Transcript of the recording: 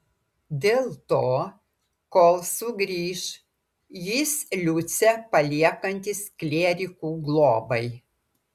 dėl to kol sugrįš jis liucę paliekantis klierikų globai